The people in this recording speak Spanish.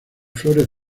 flores